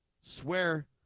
swear